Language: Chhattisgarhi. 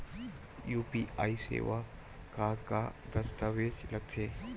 यू.पी.आई सेवा बर का का दस्तावेज लगथे?